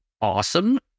awesome